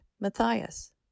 Matthias